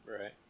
Right